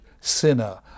sinner